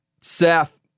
Seth